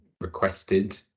requested